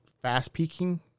fast-peaking